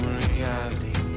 reality